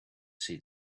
see